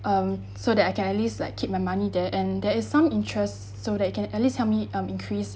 um so that I can at least like keep my money there and there is some interest so that it can at least help me um increase